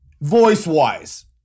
Voice-wise